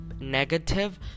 Negative